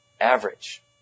average